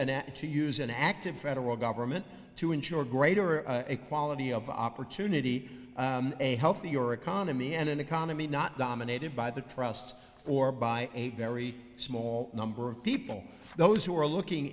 that to use an active federal government to ensure greater equality of opportunity a healthier economy and an economy not dominated by the trusts or by a very small number of people those who are looking